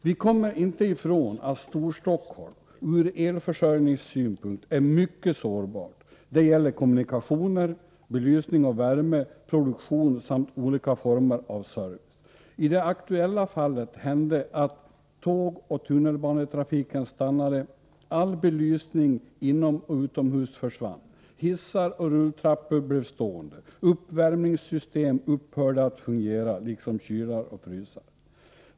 Vi kommer inte ifrån att Storstockholm ur elförsörjningssynpunkt är mycket sårbart. Det gäller kommunikationer, belysning och värme, produktion samt olika former av service. I det aktuella fallet stannade tågoch tunnelbanetrafiken, all belysning inomoch utomhus försvann, hissar och rulltrappor blev stående, uppvärmningssystem upphörde att fungera liksom kylar och frysar.